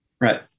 Right